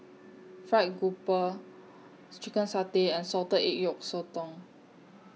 Fried Grouper Chicken Satay and Salted Egg Yolk Sotong